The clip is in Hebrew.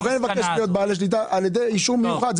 הם יכולים לבקש להיות בעלי שליטה על ידי אישור מיוחד.